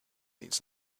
needs